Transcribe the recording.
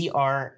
CR